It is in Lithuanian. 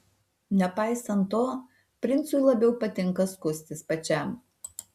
nepaisant to princui labiau patinka skustis pačiam